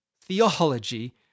theology